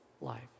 life